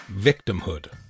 Victimhood